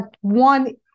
one